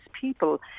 people